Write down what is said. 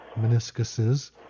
meniscuses